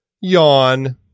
yawn